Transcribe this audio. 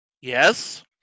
yes